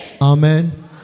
Amen